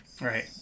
Right